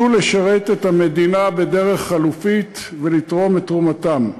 לשרת את המדינה בדרך חלופית ולתרום את תרומתה.